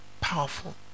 Powerful